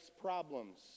problems